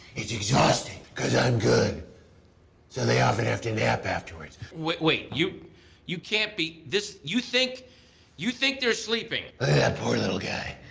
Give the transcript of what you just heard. it's exhausting cause i'm good so they often have to nap afterwards w wait you you can't be this. you think you think they're sleeping? yeah that poor little guy.